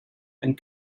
and